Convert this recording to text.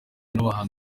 n’abahanzi